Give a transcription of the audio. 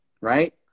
right